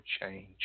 change